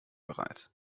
bereit